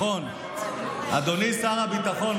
אדוני שר הביטחון,